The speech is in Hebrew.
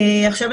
כן.